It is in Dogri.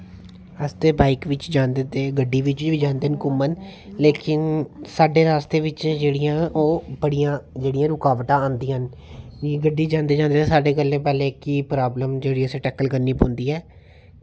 अस बाईक बिच बी जंदे ते गड्डी बिच बी जंदे घुम्मन लेकिन साढ़े रस्ते बिच जेह्ड़ियां ओह् बड़ियां जेह्ड़ियां रुकावटां आंदियां न गड्डी चलांदे असें पैह्ली जेह्ड़ी प्रॉब्लम ऐ ओह् टैकल करनी पौंदी ऐ